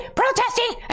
protesting